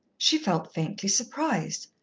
she felt faintly surprised,